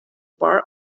bar